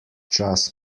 čas